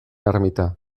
ermita